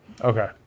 okay